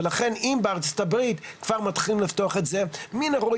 ולכן אם בארצות הברית כבר מתחילים לפתוח את זה מן הראוי